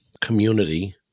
community